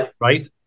right